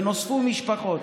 ונוספו משפחות.